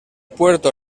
puerto